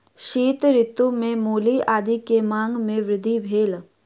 शीत ऋतू में मूली आदी के मांग में वृद्धि भेल